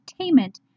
entertainment